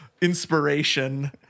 inspiration